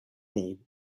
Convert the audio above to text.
name